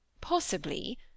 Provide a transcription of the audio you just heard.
Possibly